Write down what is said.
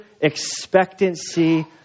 expectancy